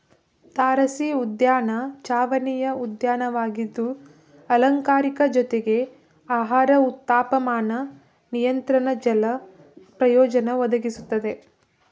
ತಾರಸಿಉದ್ಯಾನ ಚಾವಣಿಯ ಉದ್ಯಾನವಾಗಿದ್ದು ಅಲಂಕಾರಿಕ ಜೊತೆಗೆ ಆಹಾರ ತಾಪಮಾನ ನಿಯಂತ್ರಣ ಜಲ ಪ್ರಯೋಜನ ಒದಗಿಸ್ತದೆ